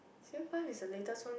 same one is the latest one